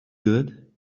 good